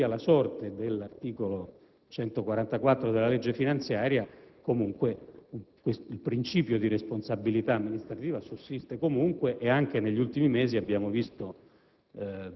quale che sia la sorte dell'articolo 144 della legge finanziaria 2008, il principio di responsabilità amministrativa sussiste comunque. Anche negli ultimi mesi, per